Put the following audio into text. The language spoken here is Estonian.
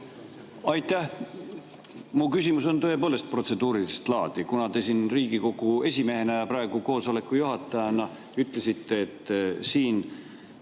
Aitäh! Mu küsimus on tõepoolest protseduurilist laadi. Te siin Riigikogu esimehena ja praegu koosoleku juhatajana ütlesite, et siin